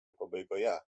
pabaigoje